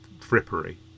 frippery